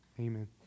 amen